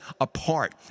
apart